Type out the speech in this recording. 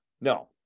no